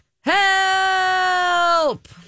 Help